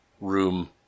room